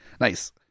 Nice